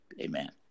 Amen